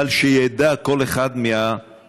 אבל שידע כל אחד מהמאזינים